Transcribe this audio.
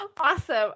Awesome